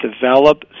develop